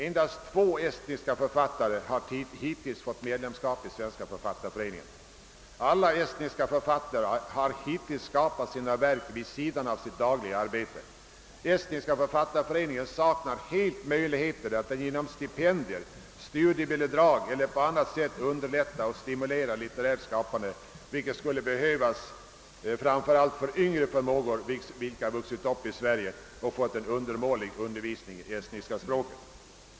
Endast två estniska författare har hittills fått medlemskap i Sveriges författareförening. Alla estniska författare har hittills skapat sina verk vid sidan av sitt dagliga arbete. Estniska författarföreningen saknar alla möjligheter att genom stipendier, studiebidrag eller på annat sätt underlätta och stimulera litterärt skapande, vilket skulle behövas för framför allt yngre förmågor som vuxit upp i Sverige och som har fått undermålig undervisning i estniska språket.